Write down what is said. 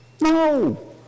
No